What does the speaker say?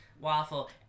waffle